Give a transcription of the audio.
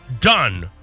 done